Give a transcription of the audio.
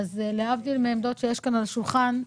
להבדיל מעמדות שהוצגו כאן סביב השולחן,